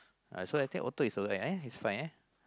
uh so I take auto is a well uh is fine ah